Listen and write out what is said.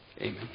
Amen